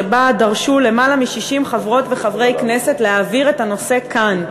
שבה דרשו למעלה מ-60 חברות וחברי כנסת להעביר את הנושא כאן,